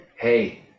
hey